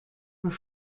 were